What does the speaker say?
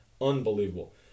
Unbelievable